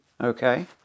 Okay